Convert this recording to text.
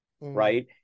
right